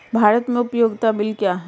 भारत में उपयोगिता बिल क्या हैं?